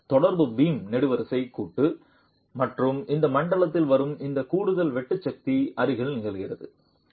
இங்கே தொடர்பு பீம் நெடுவரிசை கூட்டு மற்றும் இந்த மண்டலத்தில் வரும் இந்த கூடுதல் வெட்டு சக்திக்கு அருகில் நிகழ்கிறது